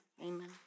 Amen